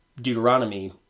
Deuteronomy